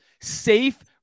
safe